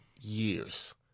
years